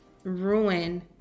ruin